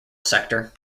sector